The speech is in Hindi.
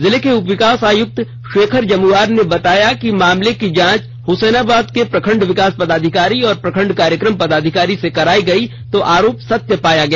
जिले के उपविकास आयुक्त शेखर जमुआर ने बताया कि मामले की जांच हुसैनाबाद के प्रखंड विकास पदाधिकारी और प्रखंड कार्यक्रम पदाधिकारी से कराई गई तो आरोप सत्य पाया गया